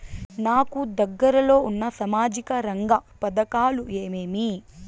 నాకు దగ్గర లో ఉన్న సామాజిక రంగ పథకాలు ఏమేమీ?